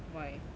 why